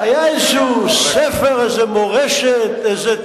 היה איזה ספר, איזו מורשת, 6,000 שנה.